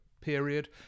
period